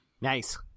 nice